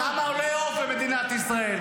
כמה עולה עוף במדינת ישראל?